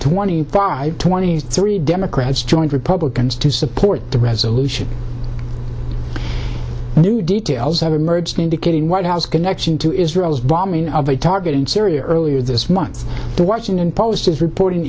twenty five twenty three democrats joined republicans to support the resolution the new details have emerged indicating white house connection to israel's bombing of a target in syria earlier this month the washington post is reporting